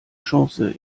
chance